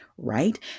Right